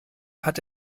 hat